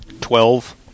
Twelve